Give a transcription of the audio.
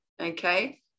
okay